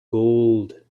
gold